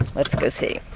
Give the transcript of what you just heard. let's go see.